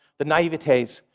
the naivetes,